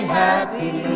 happy